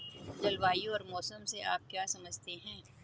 जलवायु और मौसम से आप क्या समझते हैं?